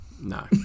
no